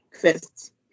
first